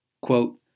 Quote